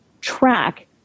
track